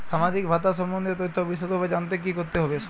সামাজিক ভাতা সম্বন্ধীয় তথ্য বিষদভাবে জানতে কী করতে হবে?